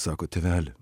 sako tėveli